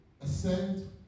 ascend